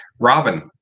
Robin